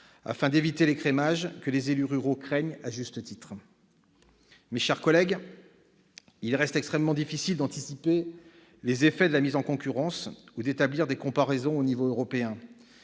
afin d'éviter l'écrémage que les élus ruraux craignent à juste titre. Mes chers collègues, il est extrêmement difficile d'anticiper les effets de la mise en concurrence ou d'établir des comparaisons au niveau européen